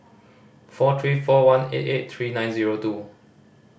four three four one eight eight three nine zero two